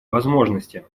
возможности